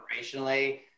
operationally